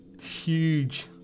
huge